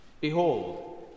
Behold